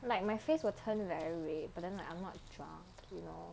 like my face will turn very red but then I'm not drunk okay lor